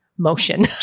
motion